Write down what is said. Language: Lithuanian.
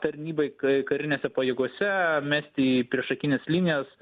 tarnybai kai karinėse pajėgose mesti į priešakines linijas